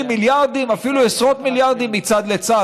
מיליארדים ואפילו עשרות מיליארדים מצד לצד.